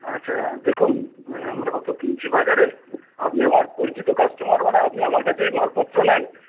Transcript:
আচ্ছা দেখুন আমরাও তো কিনছি বাজারে আপনি আমার পরিচিত কাস্টমার মানে আপনি আমার কাছেই মালপত্র নেন